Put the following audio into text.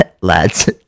lads